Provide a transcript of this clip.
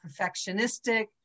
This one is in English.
perfectionistic